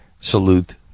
salute